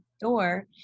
door